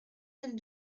mille